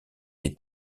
des